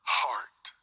heart